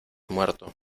muerto